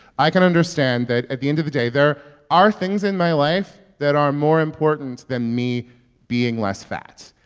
i can understand that, at the end of the day, there are things in my life that are more important than me being less fat.